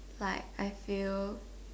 like I feel